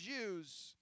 Jews